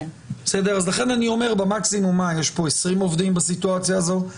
אז לכן אני אומר שבמקסימום יש פה 20 עובדים בסיטואציה הזאת?